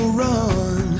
run